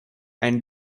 and